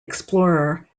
explorer